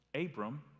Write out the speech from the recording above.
Abram